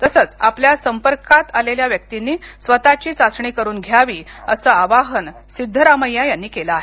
तसंच आपल्या संपर्कात आलेल्या व्यक्तींनी स्वतःची चाचणी करून घ्यावी अस आवाहन सिद्धरामय्या यांनी केल आहे